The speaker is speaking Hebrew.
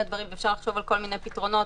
דברים ואפשר לחשוב על כל מיני פתרונות.